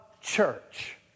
church